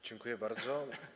Dziękuję bardzo.